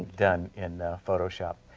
done in photoshop.